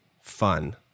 fun